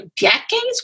decades